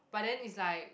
but then it's like